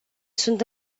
sunt